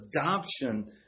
adoption